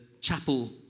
chapel